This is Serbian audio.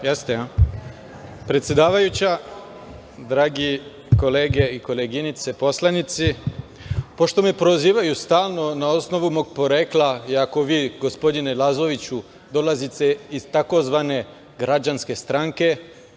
Gujon** Predsedavajuća, drage kolege i koleginice poslanici, pošto me prozivaju stalno na osnovu mog porekla, iako vi gospodine Lazoviću dolazite iz takozvane građanske stranke,